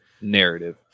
narrative